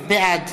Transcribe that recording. בעד